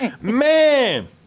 man